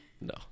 no